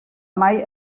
mai